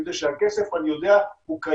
אני יודע שהכסף קיים,